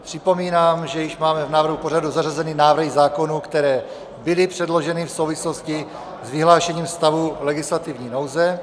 Připomínám, že již máme v návrhu pořadu zařazeny návrhy zákonů, které byly předloženy v souvislosti s vyhlášením stavu legislativní nouze.